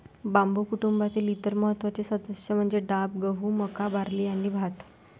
बांबू कुटुंबातील इतर महत्त्वाचे सदस्य म्हणजे डाब, गहू, मका, बार्ली आणि भात